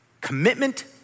Commitment